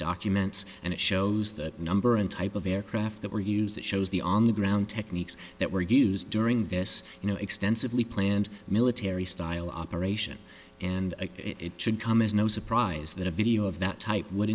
documents and it shows that number and type of aircraft that were used that shows the on the ground techniques that were used during this you know extensively planned military style operation and it should come as no surprise that a video of that type would